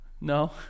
No